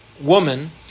woman